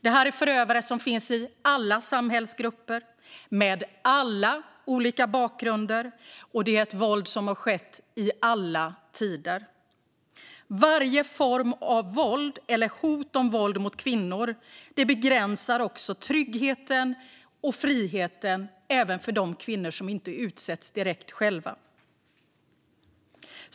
Detta är förövare som finns i alla samhällsgrupper och har alla olika bakgrunder, och det är våld som har förekommit i alla tider. Varje form av våld eller hot om våld mot kvinnor begränsar tryggheten och friheten även för de kvinnor som inte utsätts själva.